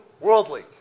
worldly